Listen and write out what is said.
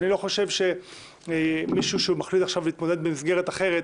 אני לא חושב שמישהו שמחליט עכשיו להתמודד במסגרת אחרת,